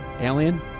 alien